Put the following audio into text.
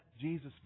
jesus